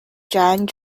giant